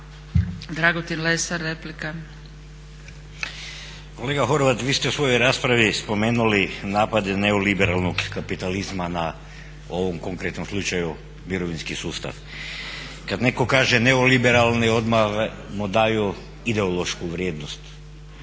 Stranka rada)** Kolega Horvat, vi ste u svojoj raspravi spomenuli napad neoliberalnog kapitalizma na ovom konkretnom slučaju mirovinski sustav. Kad netko kaže neoliberalni odmah mu daju ideološku vrijednost